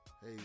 Hey